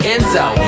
Enzo